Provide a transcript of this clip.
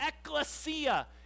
ecclesia